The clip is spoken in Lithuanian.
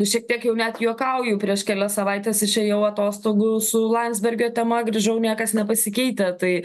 šiek tiek jau net juokauju prieš kelias savaites išėjau atostogų su landsbergio tema grįžau niekas nepasikeitę tai